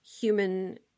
human